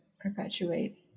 perpetuate